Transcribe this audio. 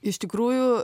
iš tikrųjų